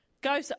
Go